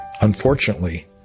Unfortunately